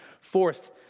Fourth